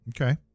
Okay